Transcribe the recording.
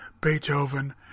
Beethoven